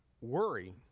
worry